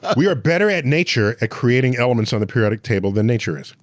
um we are better at nature at creating elements on the periodic table than nature is.